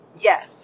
yes